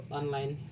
online